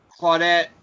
Claudette